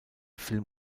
film